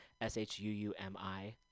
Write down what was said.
S-H-U-U-M-I